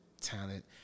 talent